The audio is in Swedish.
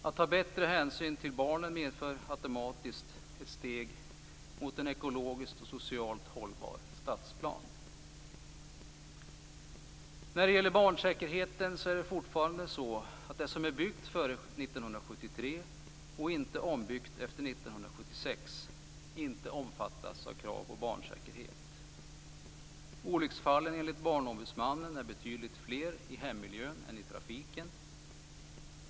Att ta bättre hänsyn till barnen medför automatiskt ett steg mot en ekologiskt och socialt hållbar stadsplan. När det gäller barnsäkerheten är det fortfarande så att det som är byggt före 1973 och inte ombyggt efter 1976 inte omfattas av krav på barnsäkerhet. Olycksfallen är enligt Barnombudsmannen betydligt fler i hemmiljön än i trafiken.